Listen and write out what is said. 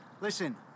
Listen